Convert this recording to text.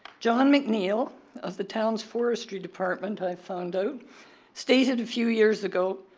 john mcneil of the town's forestry department i found out stated a few years ago